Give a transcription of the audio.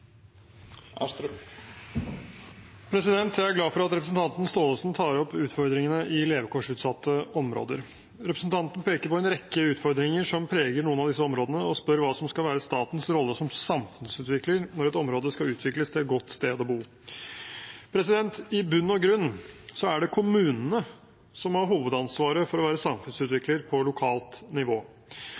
Jeg er glad for at representanten Gåsemyr Staalesen tar opp utfordringene i levekårsutsatte områder. Representanten peker på en rekke utfordringer som preger noen av disse områdene, og spør hva som skal være statens rolle som samfunnsutvikler når et område skal utvikles til et godt sted å bo. I bunn og grunn er det kommunene som har hovedansvaret for å være samfunnsutvikler på lokalt nivå.